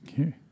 Okay